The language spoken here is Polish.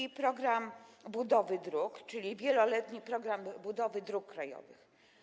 I program budowy dróg, czyli wieloletni program budowy dróg krajowych.